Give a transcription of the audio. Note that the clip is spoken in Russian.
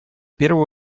первую